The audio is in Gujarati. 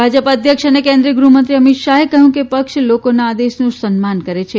ભા પ અધ્યક્ષ અને કેન્દ્રીય ગૃહમંત્રી અમિત શાહે કહ્યું કે પક્ષ લોકોના આદેશનું સન્માન કરે છે